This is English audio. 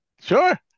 Sure